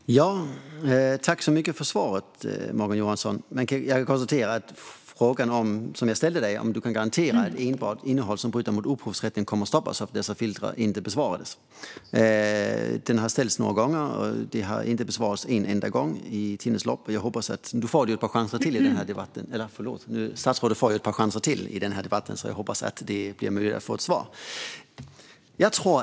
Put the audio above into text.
Fru talman! Tack så mycket för svaret, Morgan Johansson! Men jag konstaterar att frågan som jag ställde dig, om du kan garantera att innehåll som bryter mot upphovsrätten kommer att stoppas av dessa filter, inte besvarades. Den har ställts några gånger, men den har inte besvarats en enda gång. Nu får ju statsrådet ett par chanser till i den här debatten, så jag hoppas att det blir möjligt för mig att få ett svar.